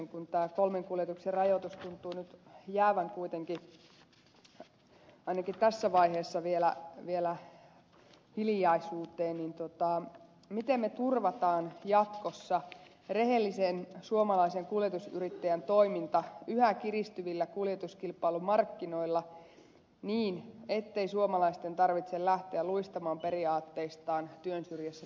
kun tämä kolmen kuljetuksen rajoitus tuntuu nyt jäävän kuitenkin ainakin tässä vaiheessa vielä hiljaisuuteen niin miten turvataan jatkossa rehellisen suomalaisen kuljetusyrittäjän toiminta yhä kiristyvillä kuljetuskilpailumarkkinoilla niin ettei suomalaisten tarvitse lähteä luistamaan periaatteistaan työnsyrjässä pysyäkseen